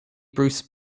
bruce